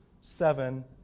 seven